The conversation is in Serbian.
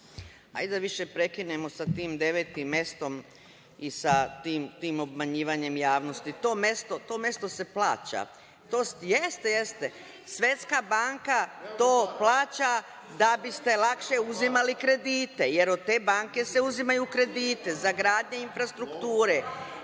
Hajde da više prekinemo sa tim devetim mestom i sa tim obmanjivanjem javnosti. To mesto se plaća. Svetska banka to plaća da biste lakše uzimali kredite, jer od te banke se uzimaju krediti za gradnje, infrastrukture.(Katarina